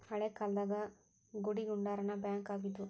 ಹಳೇ ಕಾಲ್ದಾಗ ಗುಡಿಗುಂಡಾರಾನ ಬ್ಯಾಂಕ್ ಆಗಿದ್ವು